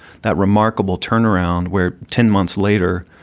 that remarkable turnaround where ten months later,